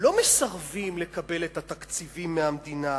לא מסרבים לקבל את התקציבים מהמדינה,